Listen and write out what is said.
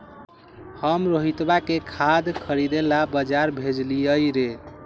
हम रोहितवा के खाद खरीदे ला बजार भेजलीअई र